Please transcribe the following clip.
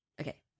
okay